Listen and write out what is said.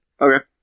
Okay